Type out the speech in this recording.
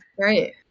Right